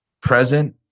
present